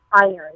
iron